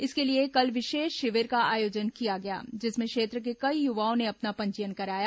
इसके लिए कल विशेष शिविर का आयोजन किया गया जिसमें क्षेत्र के कई युवाओं ने अपना पंजीयन कराया